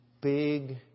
big